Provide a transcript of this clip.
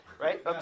Right